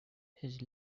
his